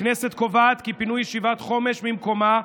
הכנסת קובעת כי פינוי ישיבת חומש ממקומה,